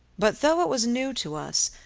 but though it was new to us,